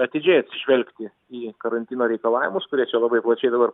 atidžiai atsižvelgti į karantino reikalavimus kurie čia labai plačiai dabar